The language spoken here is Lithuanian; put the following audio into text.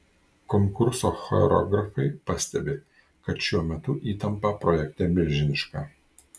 konkurso choreografai pastebi kad šiuo metu įtampa projekte milžiniška